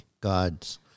God's